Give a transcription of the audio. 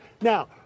Now